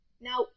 Now